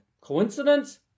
Coincidence